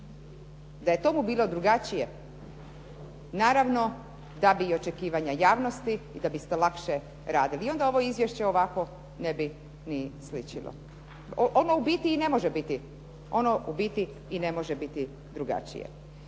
Da je tomu bilo drugačije, naravno da bi i očekivanja javnosti i da biste lakše radili i onda ovo izvješće ovako ne bi ni sličilo. Ono ubiti i ne može biti drugačije.